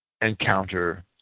encounter